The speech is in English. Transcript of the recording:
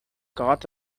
got